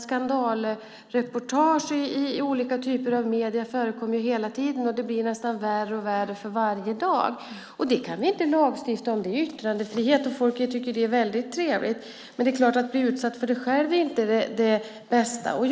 Skandalreportage i olika typer av medier förekommer ju hela tiden, och det blir nästan värre och värre för varje dag. Det kan vi inte lagstifta om. Det är yttrandefrihet, och folk tycker att det är väldigt trevligt. Men det är klart att det inte är det bästa att bli utsatt för det själv.